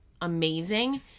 amazing